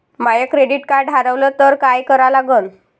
माय credit card हारवलं तर काय करा लागन?